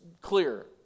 clear